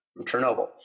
Chernobyl